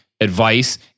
advice